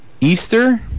Easter